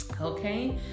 Okay